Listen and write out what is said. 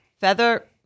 Feather